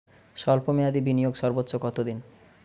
স্বল্প মেয়াদি বিনিয়োগ সর্বোচ্চ কত দিন?